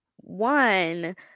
One